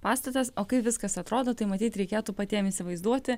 pastatas o kaip viskas atrodo tai matyt reikėtų patiem įsivaizduoti